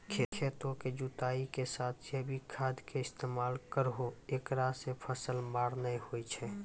खेतों के जुताई के साथ जैविक खाद के इस्तेमाल करहो ऐकरा से फसल मार नैय होय छै?